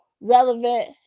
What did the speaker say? relevant